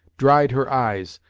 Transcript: dried her eyes,